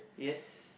yes